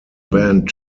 band